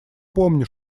помню